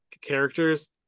characters